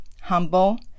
humble